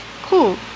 cool